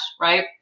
Right